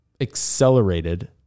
accelerated